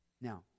Now